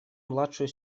младшую